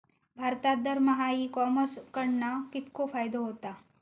भारतात दरमहा e commerce कडणा कितको फायदो होता?